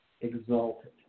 exalted